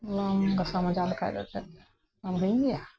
ᱵᱟᱢ ᱜᱟᱥᱟᱣ ᱢᱟᱧᱡᱟᱣ ᱞᱮᱠᱷᱟᱡ ᱫᱚ ᱪᱮᱫ ᱵᱟᱢ ᱦᱤᱲᱤᱧ ᱜᱮᱭᱟ